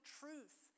truth